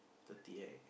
thirty eight